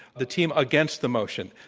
the team against the motion,